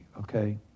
okay